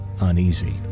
uneasy